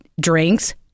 drinks